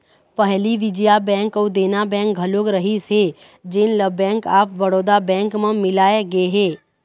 पहली विजया बेंक अउ देना बेंक घलोक रहिस हे जेन ल बेंक ऑफ बड़ौदा बेंक म मिलाय गे हे